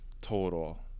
total